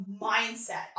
mindset